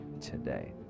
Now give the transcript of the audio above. today